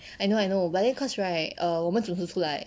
I know I know but then cause right err 我们准时出来